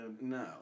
No